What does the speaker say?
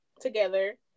together